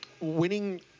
winning